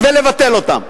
ולבטל אותם.